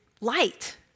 light